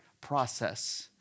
process